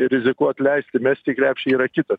rizikuot leisti mesti į krepšį yra kita